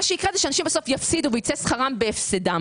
מה שיקרה שאנשים יפסידו וייצא שכרם בהפסדם.